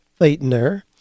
Feitner